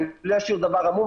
אני לא אשאיר דבר עמום,